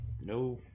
No